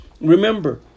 remember